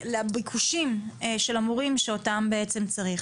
לביקושים של המורים שאותם בעצם צריך.